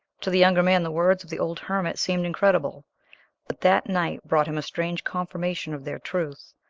to the younger man the words of the old hermit seemed incredible, but that night brought him a strange confirmation of their truth.